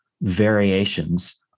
variations